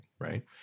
Right